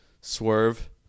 swerve